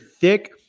thick